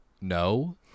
No